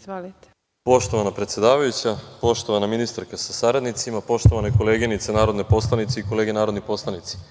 Izvolite. **Aleksandar Mirković** Poštovana predsedavajuća, poštovana ministarka sa saradnicima, poštovane koleginice narodne poslanice i kolege narodni poslanici,